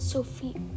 Sophie